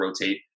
rotate